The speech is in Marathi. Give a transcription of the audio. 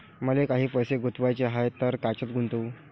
मले काही पैसे गुंतवाचे हाय तर कायच्यात गुंतवू?